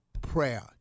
Prayer